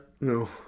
No